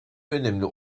önemli